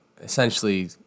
essentially